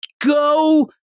Go